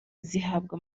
zihabwa